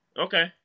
Okay